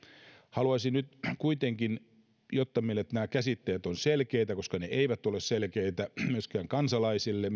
haluaisin nyt kuitenkin selventää tätä jotta nämä käsitteet ovat selkeitä koska ne eivät ole selkeitä myöskään kansalaisille